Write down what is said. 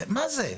מה זה?